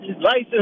license